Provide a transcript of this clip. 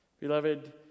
Beloved